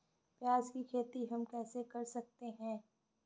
प्याज की खेती हम कैसे कर सकते हैं?